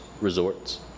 resorts